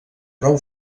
prou